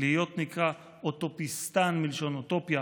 להיות נקרא אוטופיסטן" מלשון אוטופיה,